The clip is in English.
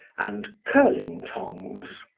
and curling-tongs.